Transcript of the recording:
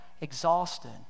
exhausted